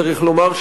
צריך לומר,